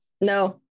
no